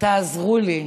תעזרו לי,